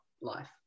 life